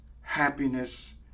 happiness